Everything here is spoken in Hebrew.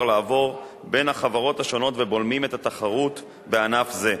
לעבור בין החברות השונות ובולמים את התחרות בענף זה.